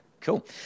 Cool